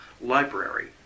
library